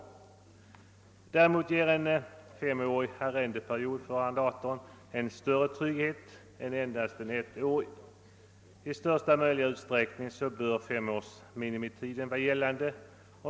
Däremot ger en femårig arrendeperiod för arrendatorn en större trygghet än endast en ettårig. I största möjliga utsträckning bör minimitiden fem år vara gällande.